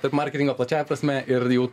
tarp marketingo plačiąja prasme ir jau